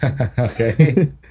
Okay